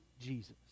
Jesus